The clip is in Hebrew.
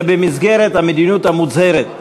זה במסגרת המדיניות המוצהרת.